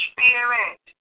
Spirit